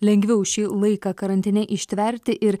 lengviau šį laiką karantine ištverti ir